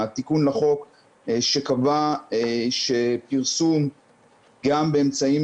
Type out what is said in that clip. התיקון לחוק שקבע שפרסום גם באמצעים